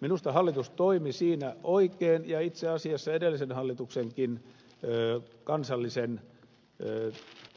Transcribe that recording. minusta hallitus toimi siinä oikein ja itse asiassa edellinenkin hallitus kansallisen